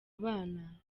abana